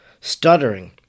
stuttering